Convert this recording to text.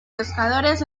pescadores